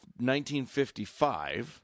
1955